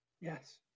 yes